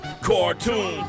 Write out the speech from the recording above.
cartoon